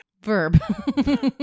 Verb